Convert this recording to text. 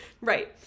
Right